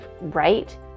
right